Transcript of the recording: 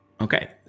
Okay